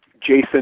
Jason